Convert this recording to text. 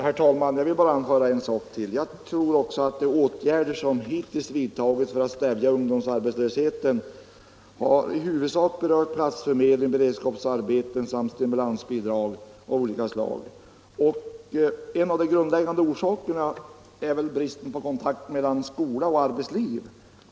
Herr talman! Jag vill bara anföra en sak till. Också jag tror att de åtgärder som hittills vidtagits för att stävja ungdomsarbetslösheten i huvudsak har berört platsförmedlingen, beredskapsarbeten samt stimulansbidrag av olika slag. En av de grundläggande orsakerna härtill är väl bristen på kontakt mellan skola och arbetsliv.